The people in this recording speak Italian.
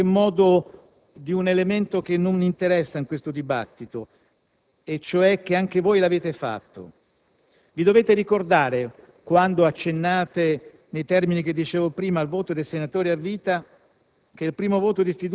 di un elemento che non interessa questo dibattito e cioè che anche voi l'avete fatto. Dovete ricordare, quando accennate nei termini che ricordavo prima al voto dei senatori a vita,